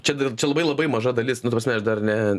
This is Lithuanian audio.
čia čia labai labai maža dalis nu ta prasme aš dar ne